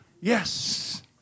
Yes